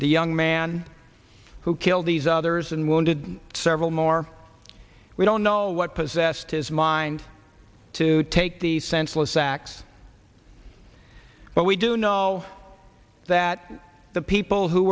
the young man who killed these others and wounded several more we don't know what possessed his mind to take the senseless acts but we do know that the people who